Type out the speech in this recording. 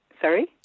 sorry